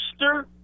Mr